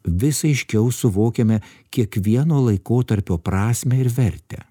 vis aiškiau suvokiame kiekvieno laikotarpio prasmę ir vertę